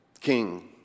king